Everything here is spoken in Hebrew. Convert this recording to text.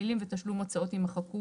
המילים "ותשלום הוצאות" - יימחקו.